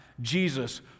Jesus